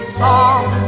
song